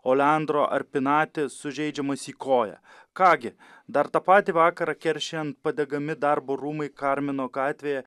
o leandro arpinati sužeidžiamas į koją ką gi dar tą patį vakarą keršijant padegami darbo rūmai karmino gatvėje